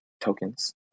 tokens